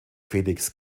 felix